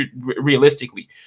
realistically